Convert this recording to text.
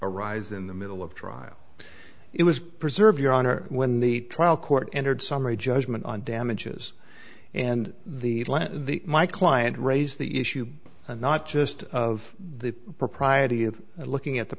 arise in the middle of trial it was preserve your honor when the trial court entered summary judgment on damages and the let the my client raise the issue and not just of the propriety of looking at the